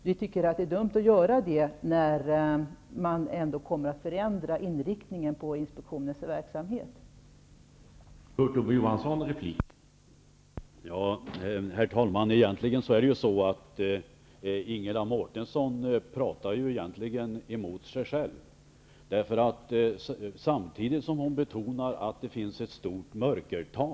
Vi i Folkpartiet liberalerna tycker att det är dumt att göra så när ändå inriktningen på inspektionens verksamhet skall ändras.